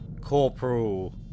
Corporal